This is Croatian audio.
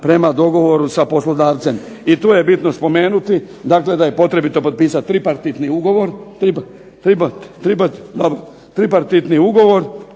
prema dogovoru sa poslodavcem. I tu je bitno spomenuti da je potrebno potpisati tripartitni ugovor.